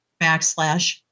backslash